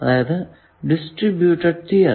അതായതു distributed theory